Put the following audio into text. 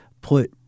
put